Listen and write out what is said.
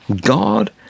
God